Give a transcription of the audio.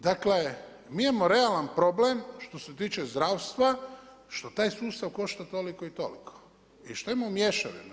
Dakle mi imamo realan problem što se tiče zdravstva što taj sustav košta toliko i toliko i što imamo mješavinu.